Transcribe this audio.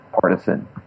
partisan